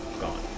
gone